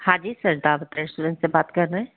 हाँ जी sir Dawat restaurant से बात कर रहे है